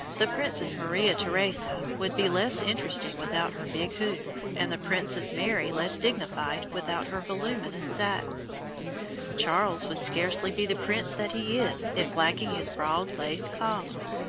the princess maria theresa would be less interesting without her big hoop, and the princess mary less dignified without her voluminous satin charles would scarcely be the prince that he is, if lacking his broad lace collar,